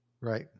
Right